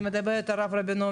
אני מדברת על הרב רבינוביץ',